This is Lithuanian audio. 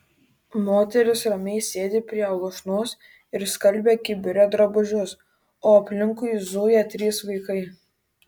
moteris ramiai sėdi prie lūšnos ir skalbia kibire drabužius o aplinkui zuja trys vaikai